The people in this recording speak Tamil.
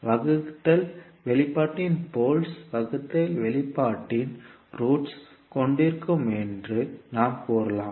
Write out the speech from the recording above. வகுத்தல் வெளிப்பாட்டின் போல்ஸ் வகுத்தல் வெளிப்பாட்டின் ரூட்ஸ் ஐக் கொண்டிருக்கும் என்று நாம் கூறலாம்